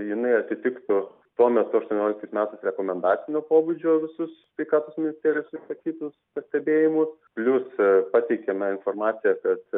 jinai atitiktų tuo metu aštuonioliktais metais rekomendacinio pobūdžio visus sveikatos ministerijos išsakytus pastebėjimus plius pateikėme informaciją kad